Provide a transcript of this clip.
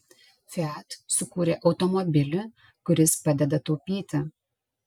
fiat sukūrė automobilį kuris padeda taupyti